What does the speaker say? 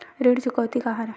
ऋण चुकौती का हरय?